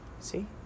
See